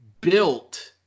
built